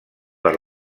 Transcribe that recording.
per